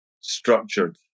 structured